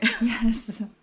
Yes